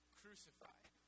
crucified